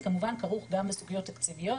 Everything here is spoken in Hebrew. זה כמובן כרוך גם בסוגיות תקציביות